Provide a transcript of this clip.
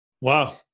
Wow